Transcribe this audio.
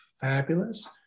fabulous